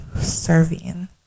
serving